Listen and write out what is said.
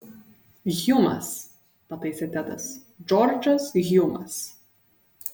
hjumas pataisė tedas džordžas hjumas